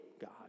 God